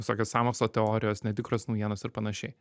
visokios sąmokslo teorijos netikros naujienos ir panašiai